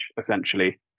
essentially